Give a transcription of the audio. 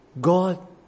God